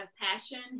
passion